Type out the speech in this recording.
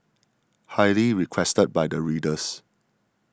highly requested by the readers